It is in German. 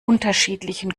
unterschiedlichen